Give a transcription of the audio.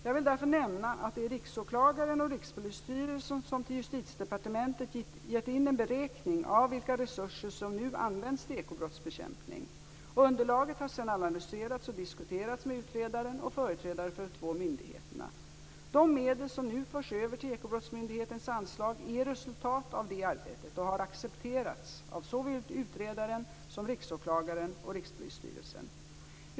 Jag vill därför nämna att det är Riksåklagaren och Rikspolisstyrelsen som till Justitiedepartementet gett in en beräkning av vilka resurser som nu används till ekobrottsbekämpning. Underlaget har sedan analyserats och diskuterats med utredaren och företrädare för de två myndigheterna. De medel som nu förs över till Ekobrottsmyndighetens anslag är resultatet av det arbetet och har accepterats av såväl utredaren som Riksåklagaren och Rikspolisstyrelsen.